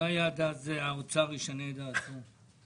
אולי עד אז האוצר ישנה את דעתו.